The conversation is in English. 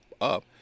up